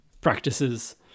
practices